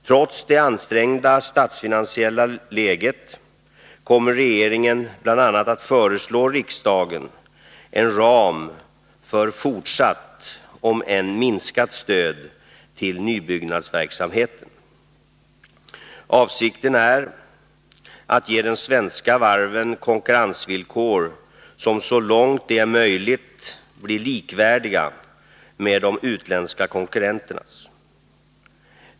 Trots det ansträngda statsfinansiella läget kommer regeringen bl.a. att föreslå riksdagen en ram för fortsatt om än minskat stöd till nybyggnadsverksamheten. Avsikten är att ge de svenska varven konkurrensvillkor som så långt det är möjligt blir likvärdiga med de utländska konkurrenternas.